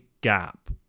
gap